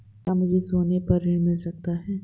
क्या मुझे सोने पर ऋण मिल सकता है?